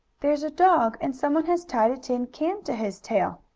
there's a dog, and some one has tied a tin can to his tail!